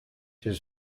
his